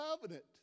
covenant